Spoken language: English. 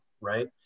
right